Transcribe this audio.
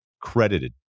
Credited